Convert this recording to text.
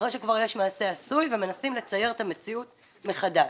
אחרי שכבר יש מעשה עשוי ומנסים לצייר את המציאות מחדש.